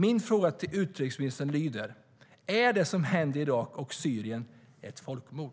Min fråga till utrikesministern lyder: Är det som händer i Irak och Syrien ett folkmord?